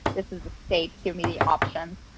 this is the state, give me the options.